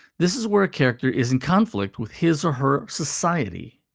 this is where a character is in conflict with his or her society.